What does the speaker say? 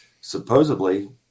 supposedly